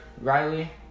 Riley